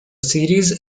series